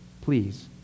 Please